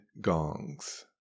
gongs